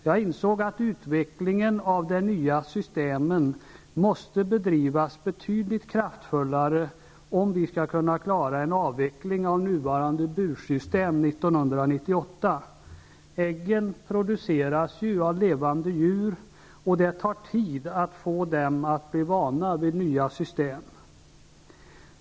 Jag insåg att utvecklingen av de nya systemen måste bedrivas betydlig kraftfullare om vi skulle kunna klara en avveckling av nuvarande bursystem till år 1998. Äggen produceras ju av levande djur, och det tar tid att få dem att bli vana vid nya system.